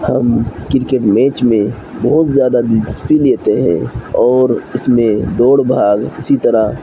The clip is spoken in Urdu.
ہم کرکٹ میچ میں بہت زیادہ دلچسپی لیتے ہیں اور اس میں دوڑ بھاگ اسی طرح